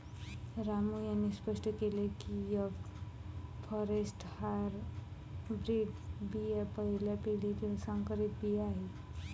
रामू यांनी स्पष्ट केले की एफ फॉरेस्ट हायब्रीड बिया पहिल्या पिढीतील संकरित बिया आहेत